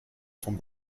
vom